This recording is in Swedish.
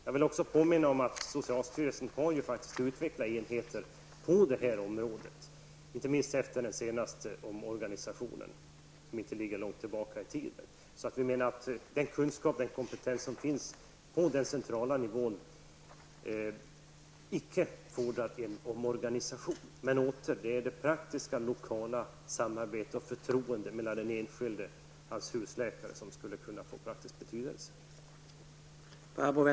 Jag vill också påminna om att socialstyrelsen har utvecklat enheter på detta område, inte minst efter den senaste omorganisationen som inte ligger så långt tillbaka i tiden. Vi anser att den kunskap och kompetens som finns på central nivå icke föranleder en omorganisation. Det är det praktiska, lokala samarbetet och förtroendet mellan den enskilde och hans husläkare som kan få en avgörande betydelse.